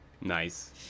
nice